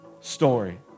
story